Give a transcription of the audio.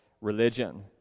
religion